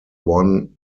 won